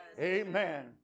Amen